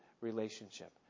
relationship